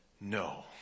no